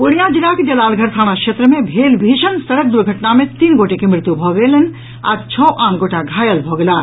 पूर्णियां जिलाक जलालगढ़ थाना क्षेत्र मे भेल भीषण सड़क दुर्घटना मे तीन गोटे के मृत्यु भऽ गेल आ छओ आन गोटा घायल भऽ गेलाह